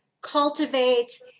cultivate